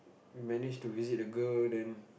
we manage to visit the girl then